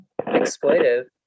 exploitive